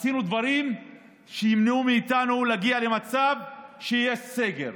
עשינו דברים שימנעו מאיתנו להגיע למצב שיהיה סגר,